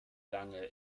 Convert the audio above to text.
lange